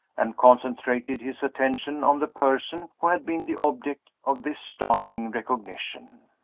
and concentrated his attention on the person who had been the object of this startling recognition.